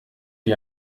wie